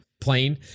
plane